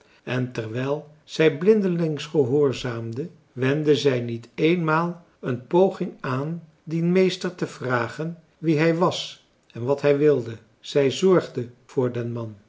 en terwijl zij blindelings gehoorzaamde wendde zij niet eenmaal een poging aan dien meester te vragen wie hij was en wat hij wilde zij zorgde voor den man